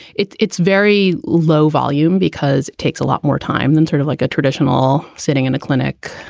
it's it's very low volume because takes a lot more time than sort of like a traditional sitting in a clinic,